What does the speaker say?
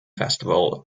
festival